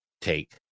take